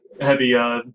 Heavy